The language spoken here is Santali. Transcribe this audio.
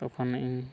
ᱛᱚᱠᱷᱚᱱ ᱤᱧ